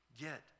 get